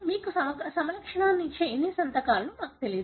మీకు సమలక్షణాన్ని ఇచ్చే అన్ని సంతకాలు మాకు తెలియదు